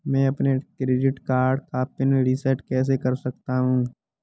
मैं अपने credit card का पिन रिसेट कैसे कर सकता हूँ?